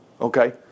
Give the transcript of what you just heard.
Okay